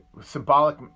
symbolic